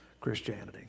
Christianity